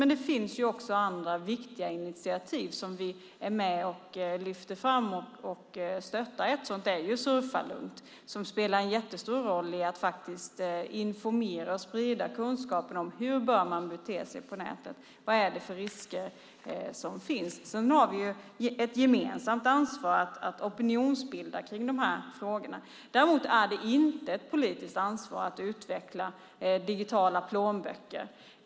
Men det finns andra viktiga initiativ som vi lyfter fram och stöttar. Ett sådant är Surfa lugnt som spelar stor roll när det gäller att sprida kunskap om hur man bör bete sig på nätet och vilka risker som finns. Vi har ett gemensamt ansvar att opinionsbilda i de här frågorna. Det är däremot inte något politiskt ansvar att utveckla digitala plånböcker.